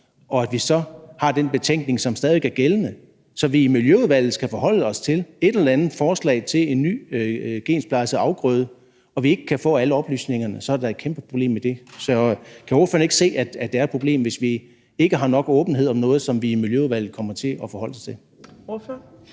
og vi så har den betænkning, som stadig væk er gældende, og som vi i Miljøudvalget skal forholde os til i form af et eller andet forslag om en ny gensplejset afgrøde, og vi ikke kan få alle oplysninger, så er der da et kæmpeproblem i det. Så kan ordføreren ikke se, at det er et problem, hvis vi ikke har nok åbenhed om noget, som vi i Miljøudvalget kommer til at forholde os til?